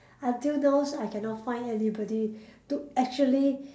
until now I cannot find anybody to actually